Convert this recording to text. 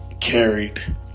carried